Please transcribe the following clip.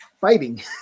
fighting